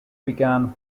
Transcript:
began